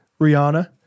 Rihanna